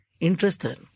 interested